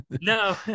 no